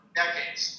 decades